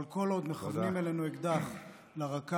אבל כל עוד מכוונים אלינו אקדח לרקה,